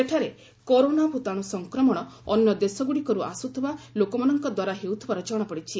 ସେଠାରେ କରୋନା ଭୂତାଣୁ ସଂକ୍ରମଣ ଅନ୍ୟ ଦେଶଗୁଡ଼ିକରୁ ଆସୁଥିବା ଲୋକମାନଙ୍କ ଦ୍ୱାରା ହେଉଥିବାର ଜଣାପଡିଛି